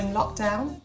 lockdown